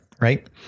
right